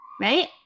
Right